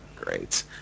Great